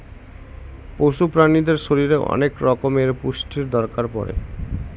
পশু প্রাণীদের শরীরে অনেক রকমের পুষ্টির দরকার পড়ে